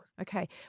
Okay